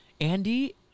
Andy